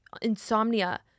insomnia